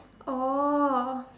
oh